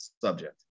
subject